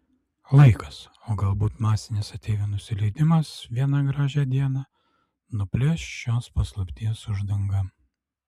laikas o galbūt masinis ateivių nusileidimas vieną gražią dieną nuplėš šios paslapties uždangą